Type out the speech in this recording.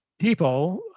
people